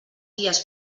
guies